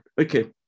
Okay